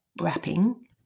wrapping